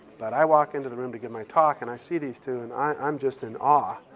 but i walk into the room to give my talk and i see these two, and i'm just in awe.